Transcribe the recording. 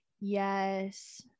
Yes